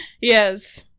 Yes